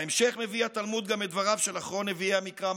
בהמשך מביא התלמוד גם את דבריו של אחרון נביאי המקרא,